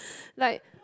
like